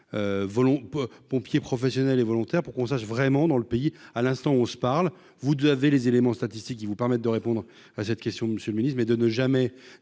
pompiers professionnels et volontaires pour qu'on sache vraiment dans le pays à l'instant où on se parle, vous devez les éléments statistiques qui vous permettent de répondre à cette question Monsieur le Ministre, mais de ne jamais